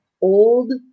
old